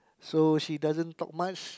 so she doesn't talk much